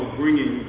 bringing